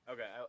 Okay